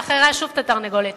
ואחריה שוב את התרנגולת.